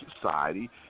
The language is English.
society